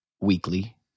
weekly